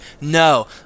No